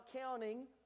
counting